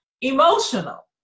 emotional